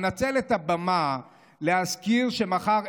אנצל את הבמה להזכיר שמחר,